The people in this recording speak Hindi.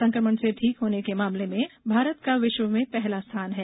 संक्रमण से ठीक होने के मामले में भारत का विश्व में पहला स्थान है